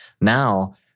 Now